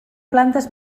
plantes